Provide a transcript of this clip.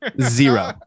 Zero